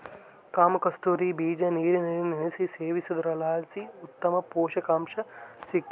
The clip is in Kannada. ಕಾಮಕಸ್ತೂರಿ ಬೀಜ ನೀರಿನಲ್ಲಿ ನೆನೆಸಿ ಸೇವಿಸೋದ್ರಲಾಸಿ ಉತ್ತಮ ಪುಷಕಾಂಶ ಸಿಗ್ತಾದ